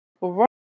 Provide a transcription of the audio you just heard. Right